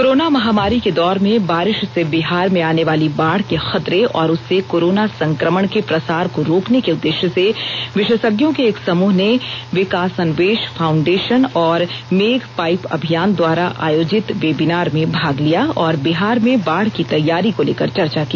corona महामारी के दौर में बारिष से बिहार में आने वाली बाढ़ के खतरे और उससे कोरोना संकमण के प्रसार को रोकने के उद्देश्य से विशेषज्ञों के एक समूह ने विकासन्वेष फाउंडेषन और मेघ पाइन अभियान द्वारा आयोजित वेबिनार में भाग लिया और बिहार में बाढ़ की तैयारी को लेकर चर्चा की